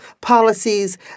policies